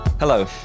Hello